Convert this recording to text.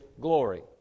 glory